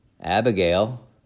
Abigail